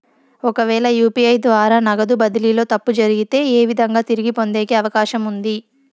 ఒకవేల యు.పి.ఐ ద్వారా నగదు బదిలీలో తప్పు జరిగితే, ఏ విధంగా తిరిగి పొందేకి అవకాశం ఉంది?